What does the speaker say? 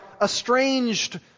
estranged